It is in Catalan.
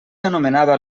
anomenava